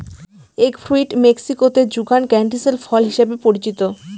egg fruit মেক্সিকোতে যুগান ক্যান্টিসেল ফল হিসাবে পরিচিত